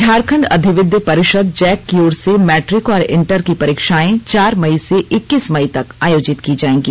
झारखंड अधिविद्य परिषद जैक की ओर से मैट्रिक और इंटर की परीक्षाएं चार मई से इक्कीस मई तक आयोजित की जाएंगी